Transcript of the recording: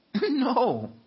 No